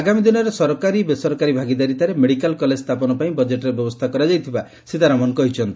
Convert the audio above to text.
ଆଗାମୀ ଦିନରେ ସରକାର ବେସରକାରୀ ଭାଗିଦାରିତାରେ ମେଡିକାଲ କଲେଜ ସ୍ସାପନ ପାଇଁ ବଜେଟ୍ରେ ବ୍ୟବସ୍ସା କରାଯାଇଥିବା ସୀତାରମଣ କହିଛନ୍ତି